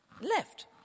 left